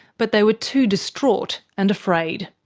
but they were too distraught and afraid.